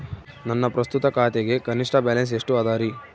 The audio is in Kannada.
ನನ್ನ ಪ್ರಸ್ತುತ ಖಾತೆಗೆ ಕನಿಷ್ಠ ಬ್ಯಾಲೆನ್ಸ್ ಎಷ್ಟು ಅದರಿ?